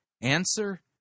Answer